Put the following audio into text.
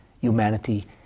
humanity